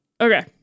Okay